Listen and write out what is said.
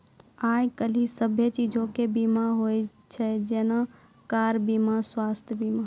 आइ काल्हि सभ्भे चीजो के बीमा होय छै जेना कार बीमा, स्वास्थ्य बीमा